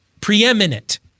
preeminent